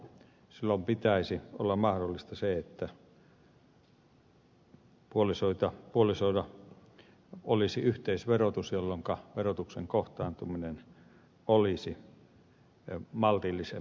silloin pitäisi olla mahdollista se että puolisoilla olisi yhteisverotus jolloinka verotuksen kohtaantuminen olisi maltillisempi